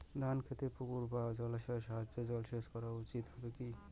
ধান খেতে পুকুর বা জলাশয়ের সাহায্যে জলসেচ করা উচিৎ হবে কি?